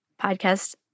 podcast